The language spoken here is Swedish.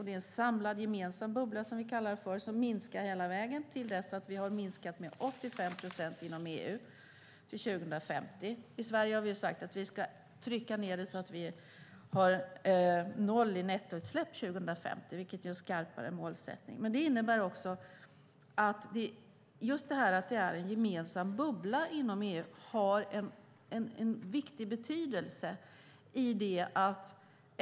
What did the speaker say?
Det är en samlad gemensam bubbla som minskar tills vi har minskat med 85 procent inom EU till 2050. Sverige har sagt att vi ska ha noll i nettoutsläpp 2050, vilket är en skarpare målsättning. Att det är en gemensam bubbla inom EU har stor betydelse.